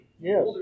Yes